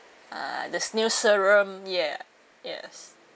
ah there's new serum yeah yes